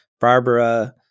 Barbara